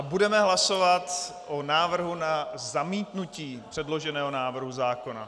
Budeme hlasovat o návrhu na zamítnutí předloženého návrhu zákona.